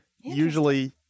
usually